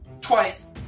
twice